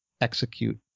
execute